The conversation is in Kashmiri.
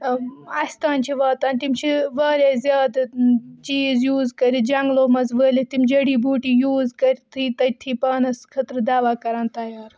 اَسہِ تانۍ چھِ واتان تِم چھِ واریاہ زیادٕ چیٖز یوٗز کٔرِتھ جَنٛگلو مَنٛز وٲلِتھ تِم جڈی بوٗٹی یوٗز کٔرِتھ تٔتتھٕے پانَس خٲطرٕ دَوا کَران تَیار